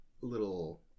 little